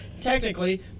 Technically